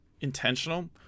intentional